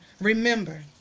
remember